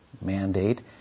mandate